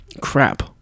crap